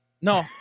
no